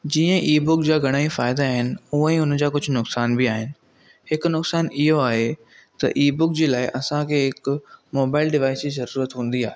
जीअं e book जा घणा ही फ़ाइदा आइनि उएं ई हुन जा कुझु नुकसान बि आहिनि हिकु नुकसान इहो आहे त ई बुक जे लाए असांखे हिकु मोबाइल डिवाईज़ जी ज़रूरत हूंदी आहे